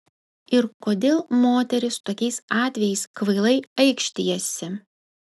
ir kodėl moterys tokiais atvejais kvailai aikštijasi